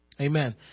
Amen